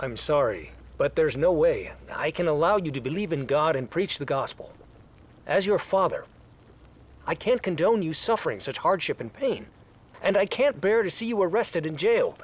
i'm sorry but there's no way i can allow you to believe in god and preach the gospel as your father i can't condone you suffering such hardship and pain and i can't bear to see you arrested in jail